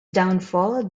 downfall